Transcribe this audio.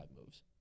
moves